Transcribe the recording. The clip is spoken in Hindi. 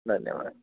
धन्यवाद